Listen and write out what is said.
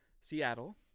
Seattle